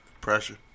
Pressure